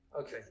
Okay